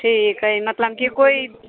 ठीक हइ मतलब कि कोइ